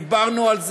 דיברנו על זה,